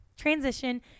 transition